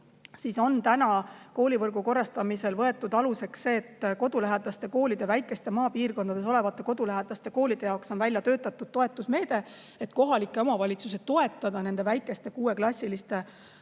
Täna on koolivõrgu korrastamisel võetud aluseks see, et kodulähedaste koolide, väikeste maapiirkondades olevate kodulähedaste koolide jaoks on välja töötatud toetusmeede, et kohalikke omavalitsusi toetada nende väikeste 6-klassiliste